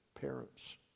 parents